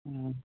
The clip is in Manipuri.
ꯑꯥ